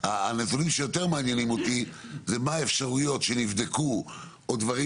הנתונים שיותר מעניינים אותי זה מה האפשרויות שנבדקו או דברים